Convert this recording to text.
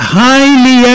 highly